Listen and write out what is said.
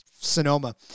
Sonoma